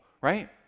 right